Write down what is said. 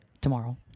Tomorrow